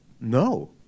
No